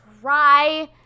try